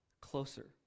closer